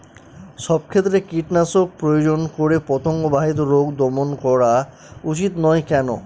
সব ক্ষেত্রে কীটনাশক প্রয়োগ করে পতঙ্গ বাহিত রোগ দমন করা উচিৎ নয় কেন?